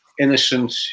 innocent